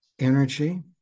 energy